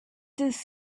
this